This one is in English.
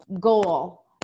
goal